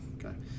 Okay